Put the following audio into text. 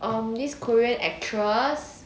um this korean actress